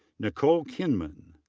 nicole kinman.